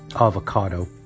avocado